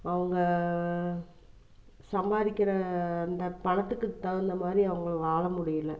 அவங்க சம்பாதிக்கின்ற அந்த பணத்துக்கு தகுந்தமாதிரி அவங்க வாழ முடியல